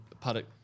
paddock